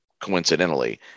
coincidentally